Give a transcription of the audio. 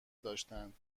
داشتند